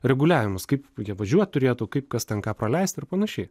reguliavimas kaip važiuot turėtų kaip kas ten ką paleist ir panašiai